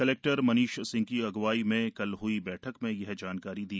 collector Manish Singh की अगुवाई में कल हई बैठक में यह जानकारी दी